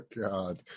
God